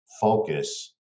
focus